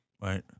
Right